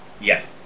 Yes